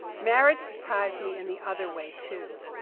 marriage surprised me in the other way too.